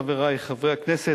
חברי חברי הכנסת,